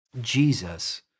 Jesus